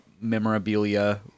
memorabilia